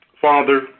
Father